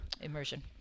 Immersion